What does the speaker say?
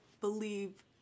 believe